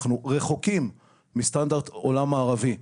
אנחנו רחוקים מסטנדרט עולם מערבי.